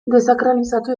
desakralizatu